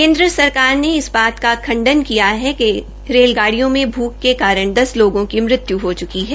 केन्द्र सरकार ने इस बात का खंडन किया है कि रेलगाडिय़ों में भूख के कारण दस लोगों की मृत्य् हो च्की है